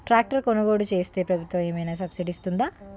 Tractor కొనుగోలు చేస్తే ప్రభుత్వం ఏమైనా సబ్సిడీ ఇస్తుందా?